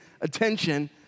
attention